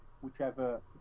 whichever